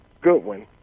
Goodwin